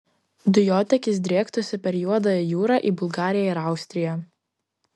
dujotiekis driektųsi per juodąją jūrą į bulgariją ir austriją